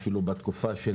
אפילו בתקופה של